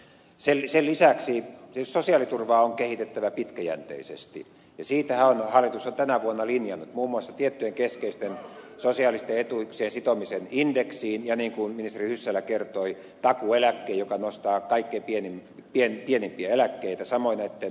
sen lisäksi tietysti sosiaaliturvaa on kehitettävä pitkäjänteisesti ja hallitus on tänä vuonna linjannut muun muassa tiettyjen keskeisten sosiaalisten etuuksien sitomisen indeksiin ja niin kuin ministeri hyssälä kertoi takuueläkkeen joka nostaa kaikki pienen pienet tiedä vielä kaikkein pienimpiä eläkkeitä